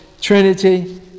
Trinity